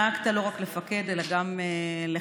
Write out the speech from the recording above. נהגת לא רק לפקד אלא גם לחנך.